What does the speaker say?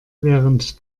während